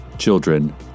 children